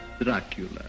Dracula